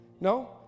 No